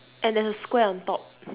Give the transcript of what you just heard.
and then a square on top